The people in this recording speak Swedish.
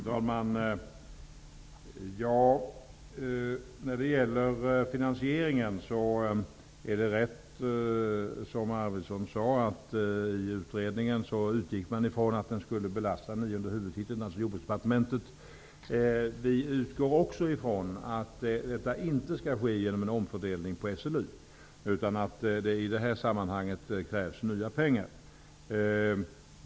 Fru talman! När det gäller finansieringen är det rätt som Bo Arvidson sade att man i utredningen utgick från att detta skulle belasta nionde huvudtiteln, alltså Jordbruksdepartementet. Vi utgår också ifrån att detta inte skall ske genom en omfördelning på SLU, utan att det i det här sammanhanget krävs nya pengar.